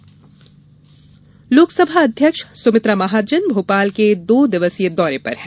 लोकसभाअध्यक्ष लोकसभा अध्यक्ष सुमित्रा महाजन भोपाल के दो दिवसीय दौरे पर हैं